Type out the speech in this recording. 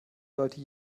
sollte